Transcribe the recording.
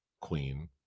queen